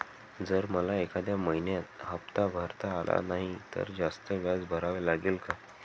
जर मला एखाद्या महिन्यात हफ्ता भरता आला नाही तर जास्त व्याज भरावे लागेल का?